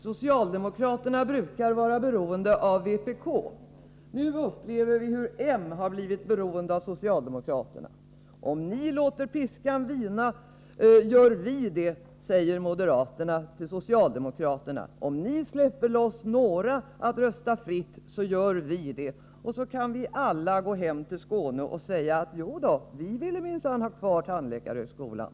Socialdemokraterna brukar vara beroende av vpk. Nu upplever vi att moderaterna blivit beroende av socialdemokraterna. Socialdemokraterna säger till moderaterna: Om ni låter piskan vina, gör också vi det. Om ni släpper loss några att rösta fritt, gör också vi det. Sedan är det bara att åka till Skåne och säga: Vi ville minsann ha kvar tandläkarhögskolan.